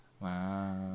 Wow